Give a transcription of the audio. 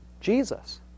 Jesus